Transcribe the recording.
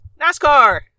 NASCAR